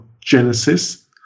Genesis